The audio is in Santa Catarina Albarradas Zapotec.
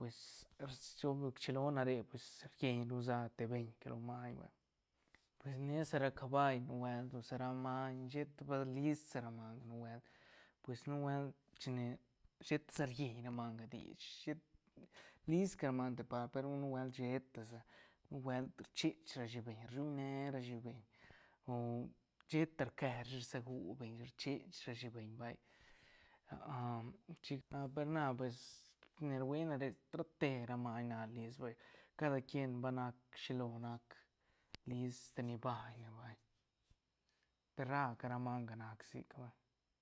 Pues rchilo na re pues rieñ ru sa te beñ que lo maiñ vay pues nia sa ra caball nubuelt sa ra maiñ sheta pa list ra manga nubuelt pues nubuelt chine shet sa rieñ ra manga shet list ca ra manga de part pe ru nubuelt sheta sa nubuelt rchech rashi beñ rshuñ ne rashi beñ o sheta rque rashi rsagu beñ rchech rashi beñ vay chic per na pues ni ruia na re rate ra maiñ na list vay cada quien va nac shilo nac list ni baiñ vay per raca ra manga nac sic vay.